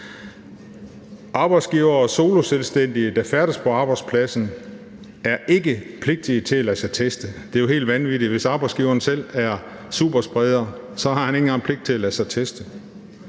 Arbejdsgivere og soloselvstændige, der færdes på arbejdspladsen, er ikke pligtige til at lade sig teste. Det er jo helt vanvittigt. Hvis arbejdsgiveren selv er superspreder, har han ikke engang pligt til at lade sig teste.